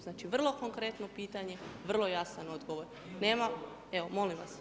Znači, vrlo konkretno pitanje, vrlo jasan odgovor, nema, evo molim vas.